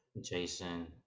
Jason